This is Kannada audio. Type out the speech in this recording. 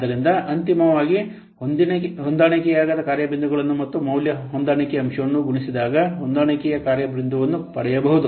ಆದ್ದರಿಂದ ಅಂತಿಮವಾಗಿ ಹೊಂದಾಣಿಕೆಯಾಗದ ಕಾರ್ಯ ಬಿಂದುಗಳನ್ನು ಮತ್ತು ಮೌಲ್ಯ ಹೊಂದಾಣಿಕೆ ಅಂಶವನ್ನು ಗುಣಿಸಿದಾಗ ಹೊಂದಾಣಿಕೆಯ ಕಾರ್ಯ ಬಿಂದುವನ್ನು ಪಡೆಯಬಹುದು